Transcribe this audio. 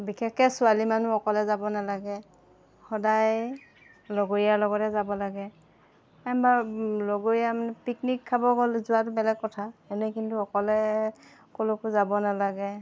বিশেষকৈ ছোৱালী মানুহ অকলে যাব নালাগে সদায় লগৰীয়াৰ লগতে যাব লাগে বাৰু লগৰীয়া মানে পিকনিক খাব গ'লে যোৱাটো বেলেগ কথা এনেই কিন্তু অকলে কলৈকো যাব নালাগে